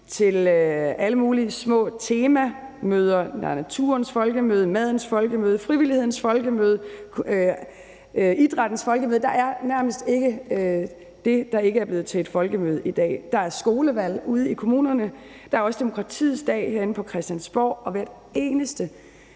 til alle mulige små temamøder – der er naturens folkemøde, madens folkemøde, frivillighedens folkemøde, idrættens folkemøde; der er nærmest ikke det, der ikke er blevet til et folkemøde i dag. Der er skolevalg ud i kommunerne, der også demokratiets dag herinde på Christiansborg, og hver eneste